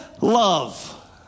love